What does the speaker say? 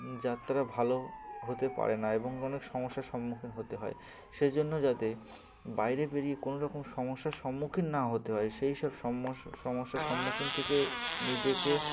যাত্রা ভালো হতে পারে না এবং অনেক সমস্যার সম্মুখীন হতে হয় সেই জন্য যাতে বাইরে বেরিয়ে কোনো রকম সমস্যার সম্মুখীন না হতে হয় সেই সব সমস সমস্যার সম্মুখীন থেকে নিজেকে